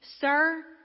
sir